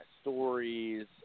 stories